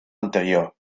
anterior